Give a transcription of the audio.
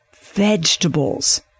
vegetables